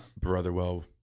Brotherwell